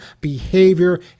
behavior